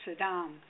Saddam